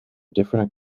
different